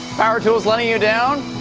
power tools letting you down?